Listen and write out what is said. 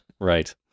Right